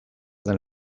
den